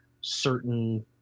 certain